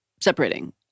separating